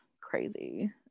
crazy